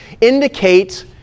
indicate